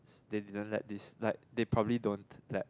they didn't let this like they probably don't let